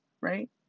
right